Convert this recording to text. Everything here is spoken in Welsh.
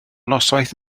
noswaith